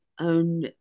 own